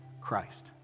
Christ